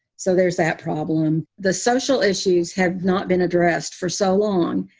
so there's that problem. the social issues have not been addressed for so long.